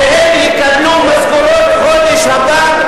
והם יקבלו משכורות בחודש הבא.